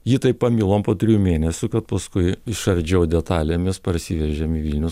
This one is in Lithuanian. jį tai pamilom po trijų mėnesių kad paskui išardžiau detalėmis parsivežėm į vilnių